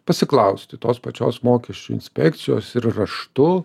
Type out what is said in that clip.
pasiklausti tos pačios mokesčių inspekcijos ir raštu